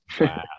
Wow